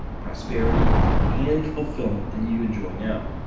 prosperity and fulfillment than you enjoy now.